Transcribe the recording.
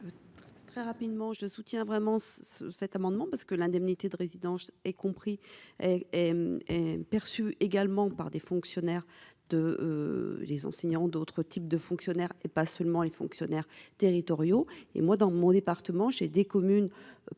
Très rapidement, je soutiens vraiment cet amendement parce que l'indemnité de résidence et compris perçu également par des fonctionnaires de les enseignants d'autres types de fonctionnaires, et pas seulement les fonctionnaires territoriaux et moi dans mon département, chez des communes qui